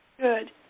good